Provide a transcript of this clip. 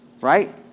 Right